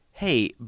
Hey